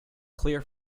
clear